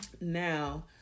now